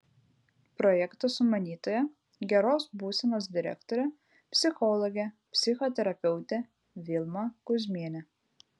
projekto sumanytoja geros būsenos direktorė psichologė psichoterapeutė vilma kuzmienė